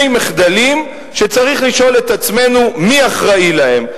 מחדלים שצריך לשאול את עצמנו מי אחראי להם: